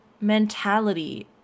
mentality